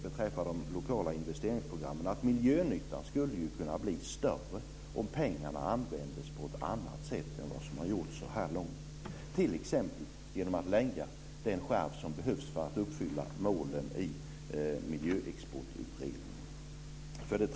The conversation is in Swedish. Beträffande de lokala investeringsprogrammen menar jag att miljönyttan skulle kunna bli större om pengarna användes på ett annat sätt än som har skett så här långt, t.ex. genom att man lägger den skärv som behövs för att uppfylla målen i Miljöexportutredningen.